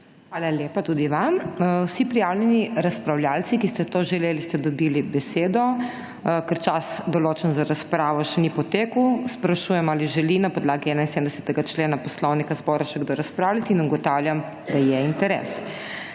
Hvala lepa tudi vam. Vsi prijavljeni razpravljavci, ki ste to želeli, ste dobili besedo. Ker čas, določen za razpravo še ni potekel, sprašujem ali želi na podlagi 71. člena Poslovnika zbora še kdo razpravljati. (Da.) Če želite